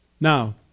Now